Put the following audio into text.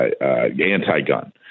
anti-gun